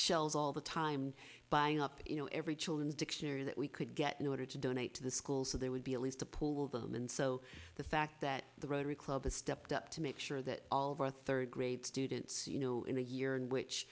shelves all the time buying up you know every children's dictionary that we could get in order to donate to the school so they would be at least to pull them in so the fact that the rotary club has stepped up to make sure that all of our third grade students you know in a year in which